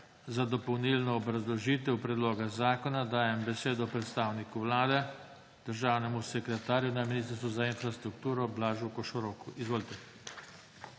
Za dopolnilno obrazložitev predloga zakona dajem besedo predstavniku Vlade državnemu sekretarju Ministrstva za infrastrukturo Blažu Košoroku. **BLAŽ